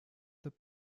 the